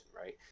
right